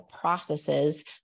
processes